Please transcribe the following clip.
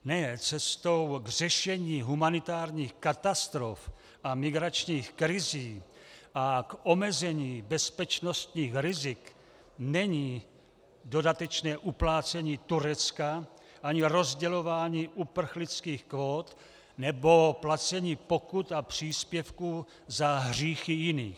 Ne, cestou k řešení humanitárních katastrof a migračních krizí a k omezení bezpečnostních rizik není dodatečné uplácení Turecka ani rozdělování uprchlických kvót nebo placení pokut a příspěvků za hříchy jiných.